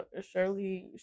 Shirley